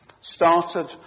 started